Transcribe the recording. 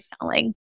selling